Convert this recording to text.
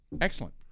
Excellent